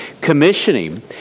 commissioning